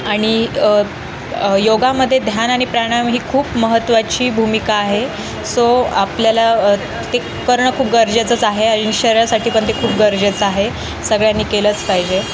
आणि योगामध्ये ध्यान आणि प्राणायाम ही खूप महत्त्वाची भूमिका आहे सो आपल्याला ते करणं खूप गरजेचंच आहे आणि शरीरासाठी पण ते खूप गरजेचं आहे सगळ्यांनी केलंच पाहिजे